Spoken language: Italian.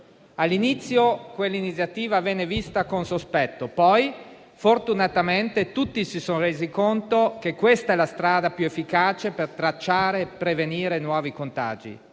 All'inizio, quell'iniziativa venne vista con sospetto; poi, fortunatamente, tutti si sono resi conto che questa è la strada più efficace per tracciare e prevenire nuovi contagi.